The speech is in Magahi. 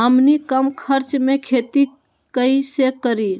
हमनी कम खर्च मे खेती कई से करी?